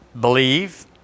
believe